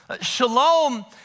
Shalom